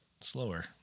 slower